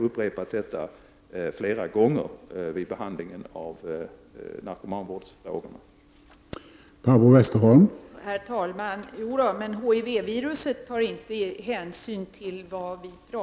Socialutskottet har ju vid behandlingen av narkomanvårdsfrågorna upprepat detta flera gånger.